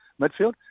midfield